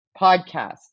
podcast